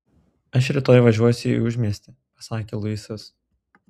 aš rytoj važiuosiu į užmiestį pasakė luisas